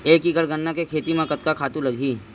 एक एकड़ गन्ना के खेती म कतका खातु लगही?